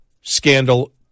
scandal